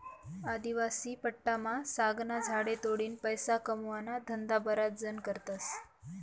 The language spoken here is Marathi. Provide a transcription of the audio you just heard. आदिवासी पट्टामा सागना झाडे तोडीन पैसा कमावाना धंदा बराच जण करतस